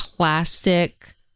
plastic